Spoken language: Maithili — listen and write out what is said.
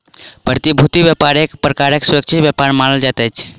प्रतिभूति व्यापार एक प्रकारक सुरक्षित व्यापार मानल जाइत अछि